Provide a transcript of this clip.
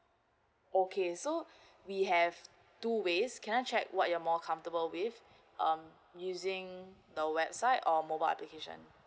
okay so we have two ways can I check what you're more comfortable with um using the website or mobile application